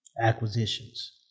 acquisitions